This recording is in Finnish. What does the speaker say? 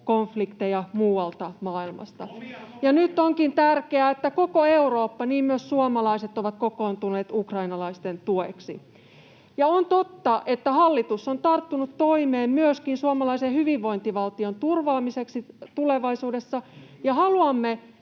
Lomia Somaliassa!] Nyt onkin tärkeää, että koko Eurooppa ja myös suomalaiset ovat kokoontuneet ukrainalaisten tueksi. Ja on totta, että hallitus on tarttunut toimeen myöskin suomalaisen hyvinvointivaltion turvaamiseksi tulevaisuudessa. Haluamme